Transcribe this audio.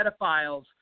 pedophiles